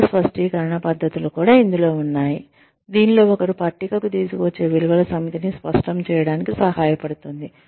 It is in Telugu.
విలువ స్పష్టీకరణ పద్ధతులు కూడా ఇందులో ఉన్నాయి దీనిలో ఒకరు పట్టికకు తీసుకువచ్చే విలువల సమితిని స్పష్టం చేయడానికి సహాయపడుతుంది